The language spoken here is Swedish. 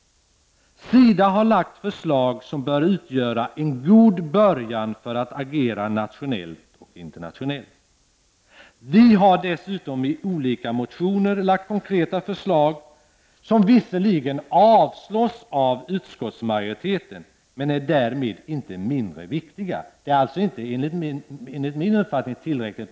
SIDA har lagt fram förslag som bör utgöra en god början för att agera nationellt och internationellt. Vi har dessutom i olika motioner lagt fram konkreta förslag, som visserligen avstyrks av utskottsmajoriteten men därmed inte är mindre viktiga. Enligt min uppfattning är alltså inte SIDAS förslag tillräckliga.